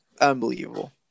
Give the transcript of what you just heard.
unbelievable